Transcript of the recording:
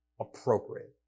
appropriate